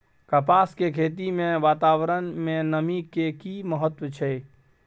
कपास के खेती मे वातावरण में नमी के की महत्व छै?